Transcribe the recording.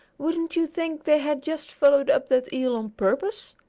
wouldn't you think they had just followed up that eel on purpose?